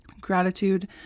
gratitude